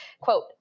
quote